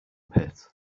pit